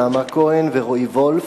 נעמה כהן ורועי וולף,